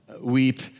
weep